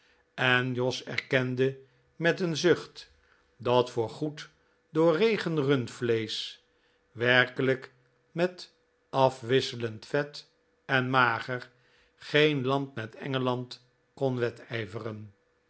en jos erkende met een zucht dat voor goed doorregen rundvleesch werkelijk met afwisselend vet en mager geen land met engeland kon wedijveren